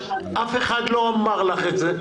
אף אחד לא אמר לך את זה,